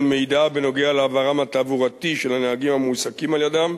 מידע בנוגע לעברם התעבורתי של הנהגים המועסקים על-ידם,